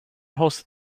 hosted